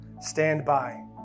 standby